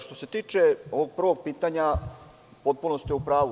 Što se tiče ovog prvog pitanja, potpuno ste u pravu.